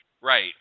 Right